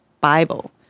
Bible